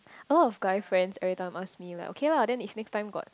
all of guy friend everytime ask me like okay lah then if next time got